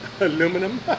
aluminum